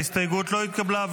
ההסתייגות לא התקבלה.